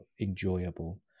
enjoyable